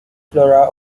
flora